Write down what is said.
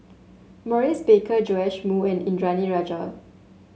Maurice Baker Joash Moo and Indranee Rajah